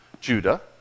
Judah